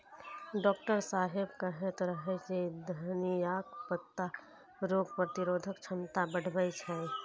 doctor साहेब कहैत रहै जे धनियाक पत्ता रोग प्रतिरोधक क्षमता बढ़बै छै